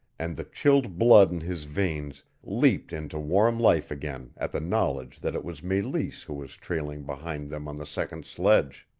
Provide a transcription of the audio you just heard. and the chilled blood in his veins leaped into warm life again at the knowledge that it was meleese who was trailing behind them on the second sledge!